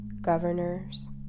governors